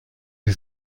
sie